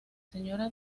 señora